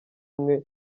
umwe